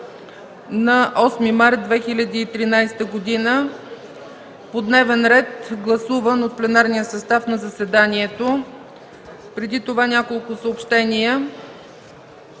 на 8 март 2013 г. по дневен ред, гласуван от пленарния състав на заседанието. Преди това няколко съобщения: